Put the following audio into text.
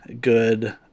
good